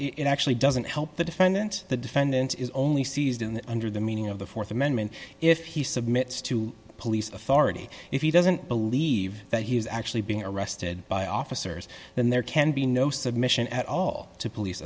cases it actually doesn't help the defendant the defendant is only seized in under the meaning of the th amendment if he submits to police authority if he doesn't believe that he is actually being arrested by officers then there can be no submission at all to police